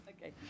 Okay